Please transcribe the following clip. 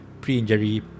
pre-injury